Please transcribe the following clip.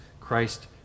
Christ